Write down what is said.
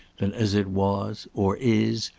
than as it was or is,